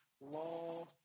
law